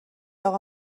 اقا